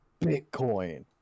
bitcoin